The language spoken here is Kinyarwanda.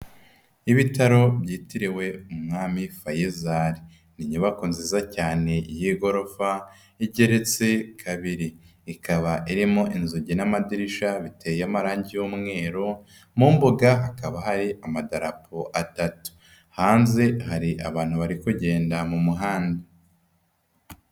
Ibitaro byitiriwe Umwami Faisal. Ni inyubako nziza cyane y'igorofa igeretse kabiri, ikaba irimo inzugi n'amadirisha biteye amarangi y'umweru, mu mbuga hakaba hari amadarapo atatu. Hanze hari abantu bari kugenda mu muhanda.